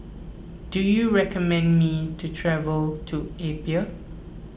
do you recommend me to travel to Apia